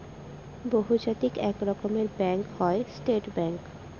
বহুজাতিক এক রকমের ব্যাঙ্ক হয় স্টেট ব্যাঙ্ক